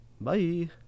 bye